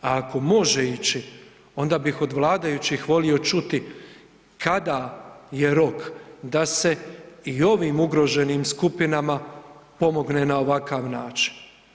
A ako može ići onda bih od vladajućih volio čuti kada je rok da se i ovim ugroženim skupinama pomogne na ovakav način.